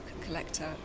collector